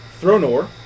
Thronor